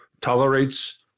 tolerates